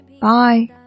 Bye